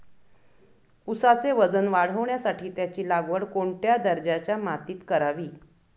ऊसाचे वजन वाढवण्यासाठी त्याची लागवड कोणत्या दर्जाच्या मातीत करावी?